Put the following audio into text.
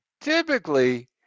Typically